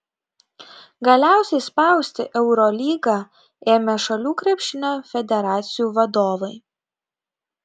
galiausiai spausti eurolygą ėmė šalių krepšinio federacijų vadovai